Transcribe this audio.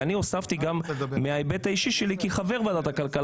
ואני הוספתי גם מההיבט האישי שלי כחבר ועדת הכלכלה